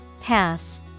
Path